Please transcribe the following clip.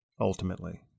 ultimately